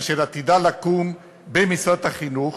אשר עתידה לקום במשרד החינוך,